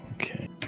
Okay